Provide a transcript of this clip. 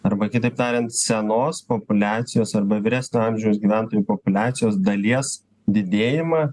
arba kitaip tariant senos populiacijos arba vyresnio amžiaus gyventojų populiacijos dalies didėjimą